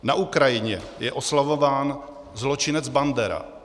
Na Ukrajině je oslavován zločinec Bandera.